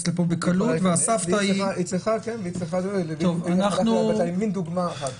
לפה בקלות והסבתא היא --- זו דוגמה אחת.